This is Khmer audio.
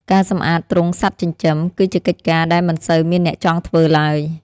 ការសម្អាតទ្រុងសត្វចិញ្ចឹម គឺជាកិច្ចការដែលមិនសូវមានអ្នកចង់ធ្វើឡើយ។